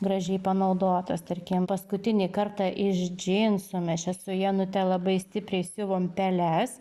gražiai panaudotos tarkim paskutinį kartą iš džinsų mes čia su janute labai stipriai siuvom peles